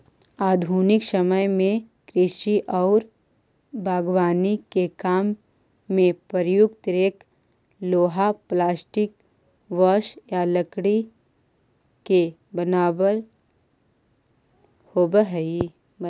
आधुनिक समय में कृषि औउर बागवानी के काम में प्रयुक्त रेक लोहा, प्लास्टिक, बाँस या लकड़ी के बनल होबऽ हई